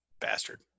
bastard